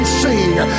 sing